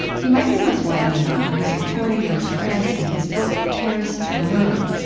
he might be most widely known for his reporting from france and his book paris to the moon,